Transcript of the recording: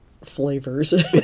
flavors